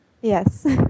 yes